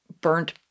burnt